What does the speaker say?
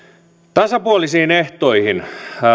tasapuolisiin ehtoihin